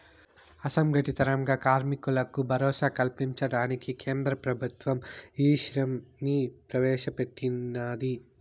అసంగటిత రంగ కార్మికులకు భరోసా కల్పించడానికి కేంద్ర ప్రభుత్వం ఈశ్రమ్ ని ప్రవేశ పెట్టినాది